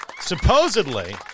supposedly